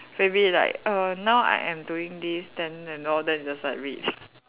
maybe like err now I am doing this then and all then just like read